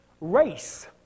race